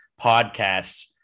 podcasts